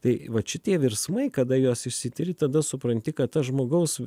tai vat šitie virsmai kada juos išsitiri tada supranti kad ta žmogaus